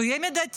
שהוא יהיה מידתי,